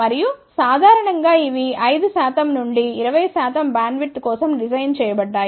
మరియు సాధారణం గా ఇవి 5 శాతం నుండి 20 శాతం బ్యాండ్విడ్త్ కోసం డిజైన్ చేయబడ్డాయి